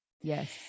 Yes